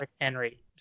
Henry